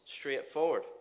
straightforward